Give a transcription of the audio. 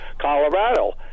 Colorado